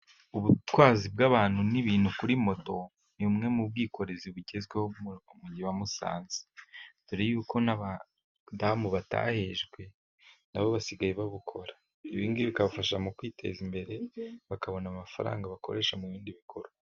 Ubutwazi bw'abantu n'ibintu kuri moto ni bumwe mu bwikorezi bugezweho mu mujyi wa Musanze. Dore yuko n'abadamu batahejwe, na bo basigaye babukora. Ibingibi bikabafasha mu kwiteza imbere, bakabona amafaranga bakoresha mu bindi bikorwa.